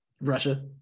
Russia